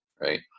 Right